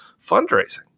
fundraising